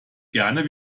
gerne